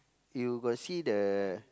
you got see the